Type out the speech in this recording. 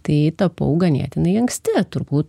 tai tapau ganėtinai anksti turbūt